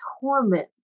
torment